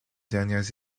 dernières